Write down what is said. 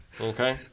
Okay